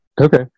okay